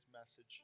message